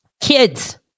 kids